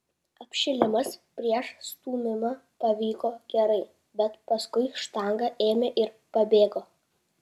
apšilimas prieš stūmimą pavyko gerai bet paskui štanga ėmė ir pabėgo